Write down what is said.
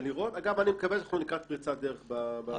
אגב, אני מקווה שאנחנו לקראת פריצת דרך בעניין.